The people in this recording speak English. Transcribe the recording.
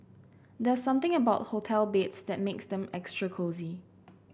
there's something about hotel beds that makes them extra cosy